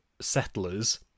settlers